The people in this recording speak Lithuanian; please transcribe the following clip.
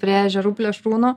prie ežerų plėšrūnų